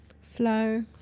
Flow